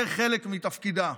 זה חלק מתפקידה.